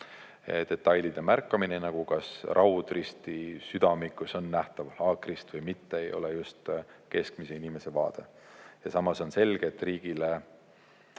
Detailide märkamine, nagu see, kas Raudristi südamikus on nähtav haakrist või mitte, ei ole just keskmise inimese vaade. Samas on selge, et riigile,